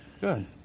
Good